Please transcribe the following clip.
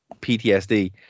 PTSD